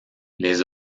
les